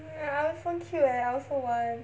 !aiya! so cute eh I also want